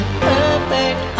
perfect